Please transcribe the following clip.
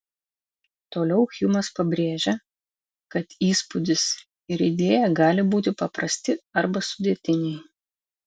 toliau hjumas pabrėžia kad įspūdis ir idėja gali būti paprasti arba sudėtiniai